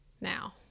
now